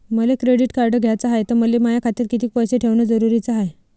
मले credit card घ्याचं हाय, त मले माया खात्यात कितीक पैसे ठेवणं जरुरीच हाय?